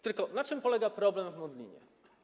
Tylko na czym polega problem w Modlinie?